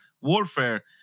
warfare